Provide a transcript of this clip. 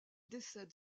décède